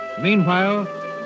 Meanwhile